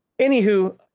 Anywho